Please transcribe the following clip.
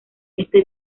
este